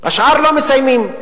השאר לא מסיימים,